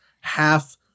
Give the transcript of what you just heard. half